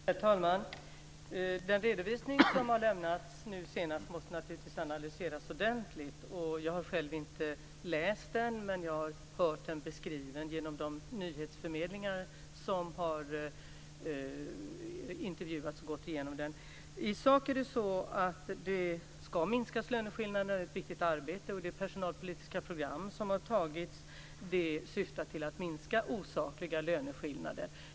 Herr talman! Den redovisning som har lämnats senast måste naturligtvis analyseras ordentligt. Jag har själv inte läst den, men jag har hört den beskriven av de nyhetsförmedlare som har gjort intervjuer och gått igenom den. I sak ska löneskillnaderna minskas. Det är ett viktigt arbete, och det personalpolitiska program som har tagits fram syftar till att minska osakliga löneskillnader.